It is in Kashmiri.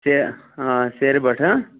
سے آ سیرِ بَٹھٕ